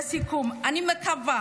לסיכום, אני מקווה